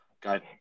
got